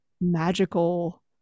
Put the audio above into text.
magical